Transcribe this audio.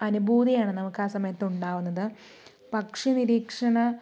അനുഭൂതിയാണ് നമുക്ക് ആ സമയത്ത് ഉണ്ടാകുന്നത് പക്ഷി നിരീക്ഷണ